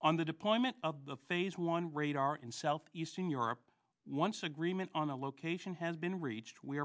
on the deployment of the phase one radar in south eastern europe once agreement on the location has been reached we